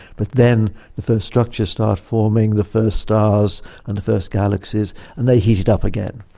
but then the first structure started forming, the first stars and the first galaxies, and they heated up again.